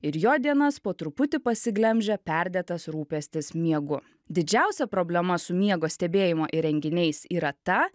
ir jo dienas po truputį pasiglemžia perdėtas rūpestis miegu didžiausia problema su miego stebėjimo įrenginiais yra ta